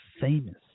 famous